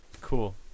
Cool